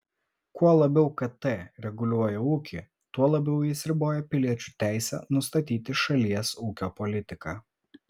kuo labiau kt reguliuoja ūkį tuo labiau jis riboja piliečių teisę nustatyti šalies ūkio politiką